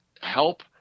help